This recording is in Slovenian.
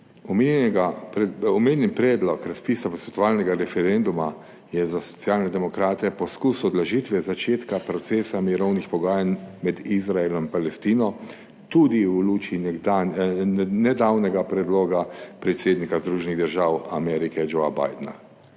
Omenjen predlog razpisa posvetovalnega referenduma je za Socialne demokrate poskus odložitve začetka procesa mirovnih pogajanj med Izraelom in Palestino tudi v luči nedavnega predloga predsednika Združenih držav Amerike Joeja Bidna.